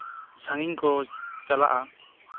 ᱥᱟᱺᱜᱤᱧ ᱠᱚ ᱪᱟᱞᱟᱜᱼᱟ